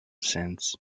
since